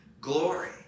glory